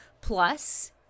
plus